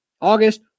August